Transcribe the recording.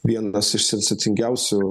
vienas iš sensacingiausių